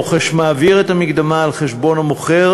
הרוכש מעביר את המקדמה על חשבון המוכר